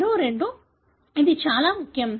మరో రెండు ఇది చాలా ముఖ్యం